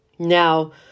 Now